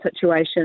situation